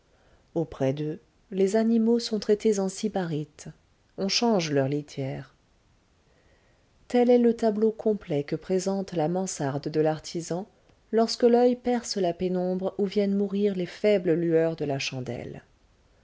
auprès d'eux les animaux sont traités en sybarites on change leur litière tel est le tableau complet que présente la mansarde de l'artisan lorsque l'oeil perce la pénombre où viennent mourir les faibles lueurs de la chandelle